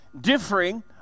differing